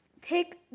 pick